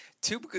two